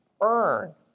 earn